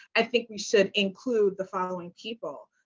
i think we should include the following people.